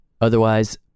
Otherwise